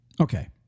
Okay